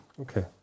Okay